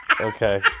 Okay